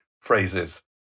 phrases